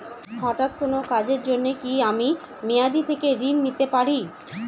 হঠাৎ কোন কাজের জন্য কি আমি মেয়াদী থেকে ঋণ নিতে পারি?